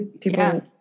people